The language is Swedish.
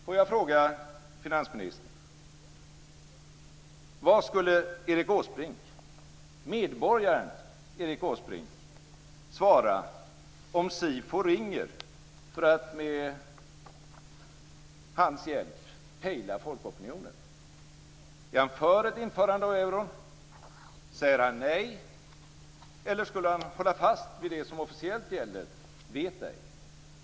Får jag fråga finansministern: Vad skulle Erik Åsbrink - medborgaren Erik Åsbrink - svara om SIFO ringer för att med hans hjälp pejla folkopinionen? Är han för ett införande av euron, säger han nej eller skulle han hålla fast vid vad som officiellt gäller, dvs. vet ej?